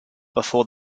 before